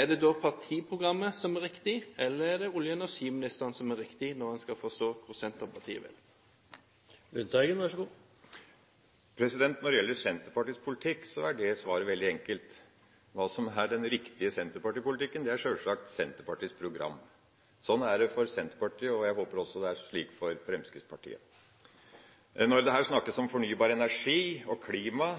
Er det da partiprogrammet som er riktig, eller er det olje- og energiministeren som har rett, når en skal forstå hva Senterpartiet vil? Når det gjelder Senterpartiets politikk, så er det svaret veldig enkelt. Hva som er den riktige senterpartipolitikken, er sjølsagt Senterpartiets program. Sånn er det for Senterpartiet, og sånn håper jeg også det er for Fremskrittspartiet. Når det her snakkes om fornybar energi og klima,